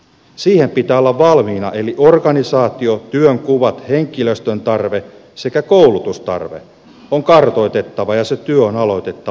siihen pitää olla valmiina eli organisaatio työnkuvat henkilöstön tarve sekä koulutustarve on kartoitettava ja se työ on aloitettava nyt